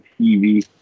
TV